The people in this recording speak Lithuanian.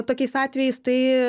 tokiais atvejais tai